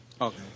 Okay